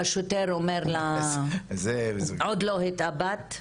והשוטר אומר לה, עוד לא התאבדת?